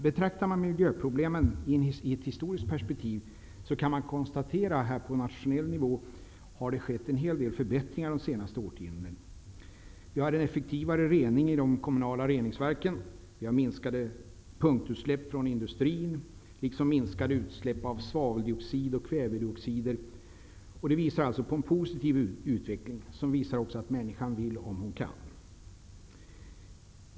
Betraktar man miljöproblemen i ett historiskt perspektiv kan man konstatera att det på nationell nivå har skett en hel del förbättringar under de senaste årtiondena. Effektivare rening i de kommunala reningsverken, minskade punktutsläpp från industrin liksom minskade utsläpp av svaveldioxid och kväveoxider visar på en positiv utveckling. Det visar också att människan kan om hon vill.